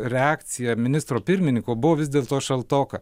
reakcija ministro pirmininko buvo vis dėlto šaltoka